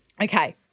Okay